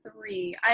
three